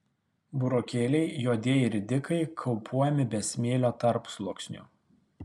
burokėliai juodieji ridikai kaupuojami be smėlio tarpsluoksnių